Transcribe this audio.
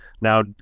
Now